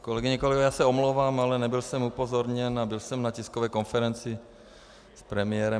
Kolegyně a kolegové, omlouvám se, ale nebyl jsem upozorněn a byl jsem na tiskové konferenci s premiérem.